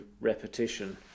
repetition